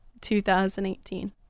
2018